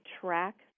track